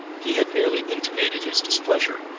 he had merely intimated his displeasure,